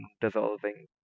dissolving